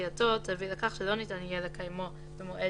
שדחייתו תביא לכך שלא ניתן יהיה לקיימו במועד